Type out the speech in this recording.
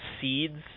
seeds